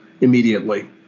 immediately